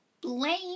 blame